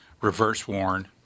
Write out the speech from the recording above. reverse-worn